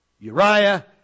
Uriah